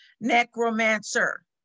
necromancer